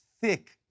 thick